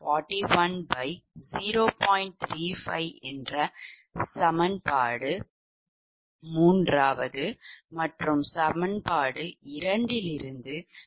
35 மற்றும் சமன்பாடு 2 இலிருந்து Pg21